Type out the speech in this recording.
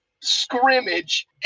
scrimmage